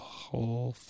whole